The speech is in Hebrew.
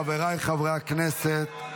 חבריי חברי הכנסת,